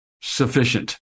sufficient